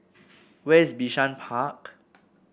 where is Bishan Park